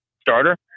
starter